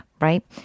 right